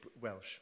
Welsh